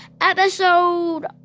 episode